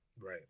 Right